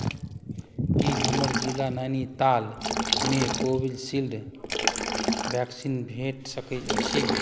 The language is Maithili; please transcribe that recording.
की हमर जिला नैनीतालमे कोविशील्ड वैक्सीन भेट सकैत अछि